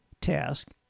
task